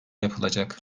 yapılacak